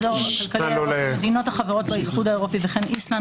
"האזור הכלכלי האירופי" מדינות החברות באיחוד האירופי וכן איסלנד,